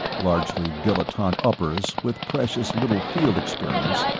largely dilettante uppers with precious little field experience,